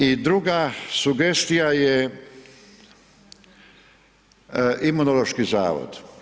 I druga sugestija je Imunološki zavod.